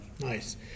Nice